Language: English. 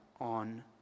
on